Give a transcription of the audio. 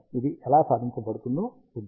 ఇది ఎలా సాధించబడుతుందో చూద్దాం